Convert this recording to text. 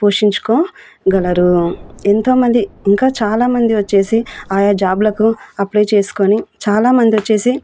పోషించుకోగలరు ఎంతోమంది ఇంకా చాలామంది వచ్చేసి ఆయా జాబ్లకు అప్లై చేసుకుని చాలామంది వచ్చేసి